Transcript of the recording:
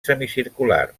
semicircular